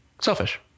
selfish